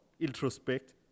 introspect